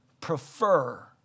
prefer